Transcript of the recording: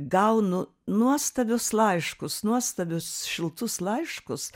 gaunu nuostabius laiškus nuostabius šiltus laiškus